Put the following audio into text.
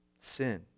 sin